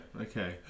okay